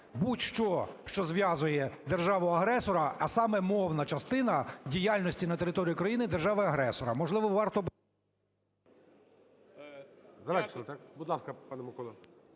будь-що, що зв'язує державу-агресора, а саме: мовна частина діяльності на території України держави-агресора.